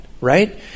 right